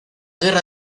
guerra